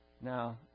Now